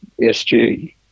SG